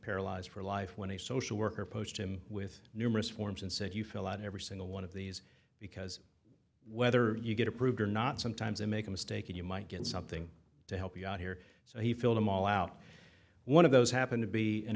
paralyzed for life when a social worker pushed him with numerous forms and said you fill out every single one of these because whether you get approved or not sometimes you make a mistake you might get something to help you out here so he filled them all out one of those happened to be an